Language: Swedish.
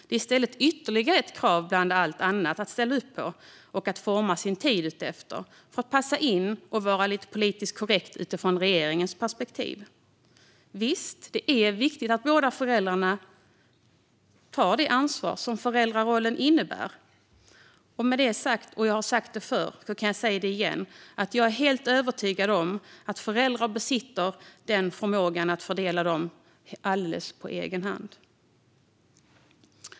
Det är i stället ytterligare ett krav bland alla andra att ställa upp på och anpassa sin tid efter för att passa in och vara lite politiskt korrekt utifrån regeringens perspektiv. Visst, det är viktigt att båda föräldrarna tar det ansvar som föräldrarollen innebär. Jag har sagt det förr och säger igen att jag är helt övertygad om att föräldrar besitter förmågan att fördela föräldradagarna helt på egen hand.